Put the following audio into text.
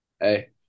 hey